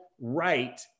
right